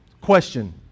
question